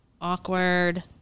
awkward